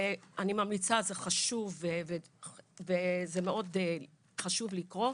ואני ממליצה, זה מאוד חשוב לקרוא.